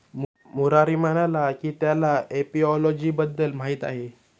मुरारी म्हणाला की त्याला एपिओलॉजी बद्दल माहीत आहे